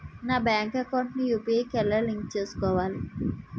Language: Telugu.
నా బ్యాంక్ అకౌంట్ ని యు.పి.ఐ కి ఎలా లింక్ చేసుకోవాలి?